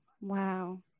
Wow